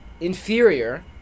inferior